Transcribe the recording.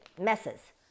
messes